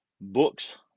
books